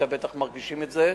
ואתם בטח מרגישים את זה.